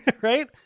Right